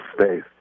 space